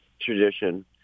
tradition